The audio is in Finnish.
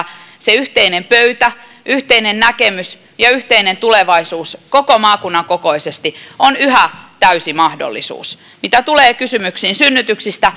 se yhteinen pöytä yhteinen näkemys ja yhteinen tulevaisuus koko maakunnan kokoisesti on yhä täysi mahdollisuus mitä tulee kysymyksiin synnytyksistä